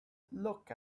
look